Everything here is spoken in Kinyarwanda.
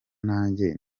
nanjye